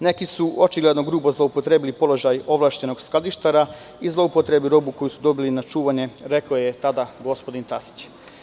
Neki su očigledno grubo zloupotrebili položaj ovlašćenog skladištara i zloupotrebili robu koju su dobili na čuvanje, kako je rekao tada gospodin Tasić.